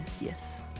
yes